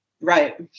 Right